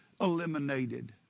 eliminated